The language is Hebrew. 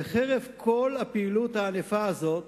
וחרף כל הפעילות הענפה הזאת,